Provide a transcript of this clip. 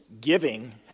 giving